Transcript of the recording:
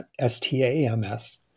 S-T-A-M-S